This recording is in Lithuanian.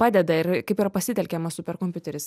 padeda ir kaip yra pasitelkiamas superkompiuteris